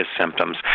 symptoms